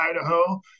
idaho